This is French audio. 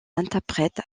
interprète